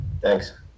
Thanks